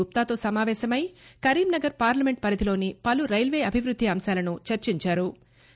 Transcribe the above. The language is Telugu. గుప్తాతో సమావేశమై కరీంనగర్ పార్లమెంట్ పరిధిలోని పలు రైల్వే అభివృద్ధి అంశాలను చర్చించారు